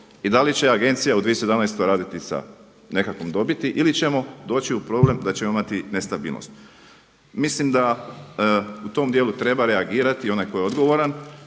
i da li će agencija u 2017. raditi sa nekakvom dobiti ili ćemo doći u problem da ćemo imati nestabilnost? Mislim da u tom dijelu treba reagirati onaj tko je odgovoran